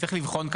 צריך לבחון,